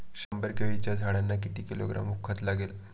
शंभर केळीच्या झाडांना किती किलोग्रॅम खत लागेल?